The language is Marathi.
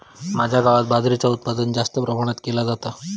माझ्या गावात बाजरीचा उत्पादन जास्त प्रमाणात केला जाता